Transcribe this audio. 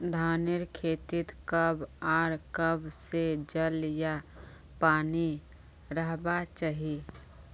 धानेर खेतीत कब आर कब से जल या पानी रहबा चही?